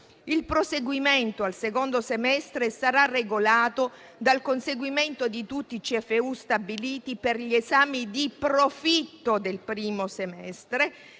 Il proseguimento al secondo semestre sarà regolato dal conseguimento di tutti i CFU stabiliti per gli esami di profitto del primo semestre